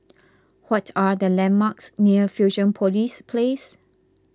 what are the landmarks near Fusionopolis Place